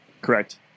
Correct